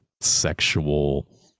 sexual